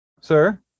sir